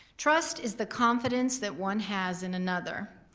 trust is the confidence that one has in another.